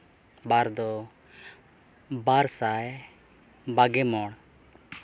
ᱵᱟᱨ ᱫᱚ ᱵᱟᱨ ᱥᱟᱭ ᱵᱟᱜᱮ ᱢᱚᱬ